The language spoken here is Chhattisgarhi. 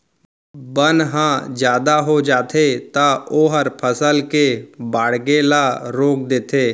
बन ह जादा हो जाथे त ओहर फसल के बाड़गे ल रोक देथे